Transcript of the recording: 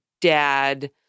dad—